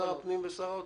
שר הפנים ושר האוצר?